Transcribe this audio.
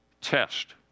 Test